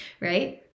right